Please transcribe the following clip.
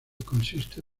consiste